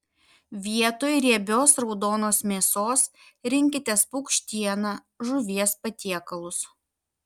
vietoj riebios raudonos mėsos rinkitės paukštieną žuvies patiekalus